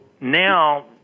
now